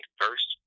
first